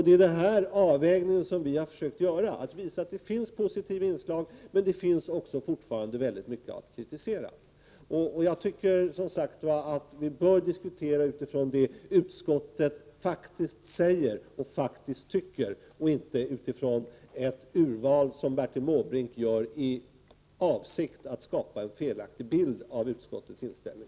Det är den avvägningen som vi har försökt göra: visa att det finns positiva inslag men att det fortfarande finns väldigt mycket att kritisera. Jag anser att vi bör diskutera utifrån det som utskottet säger och anser, inte utifrån ett urval som Bertil Måbrink gör i avsikt att skapa en felaktig bild av utskottets inställning.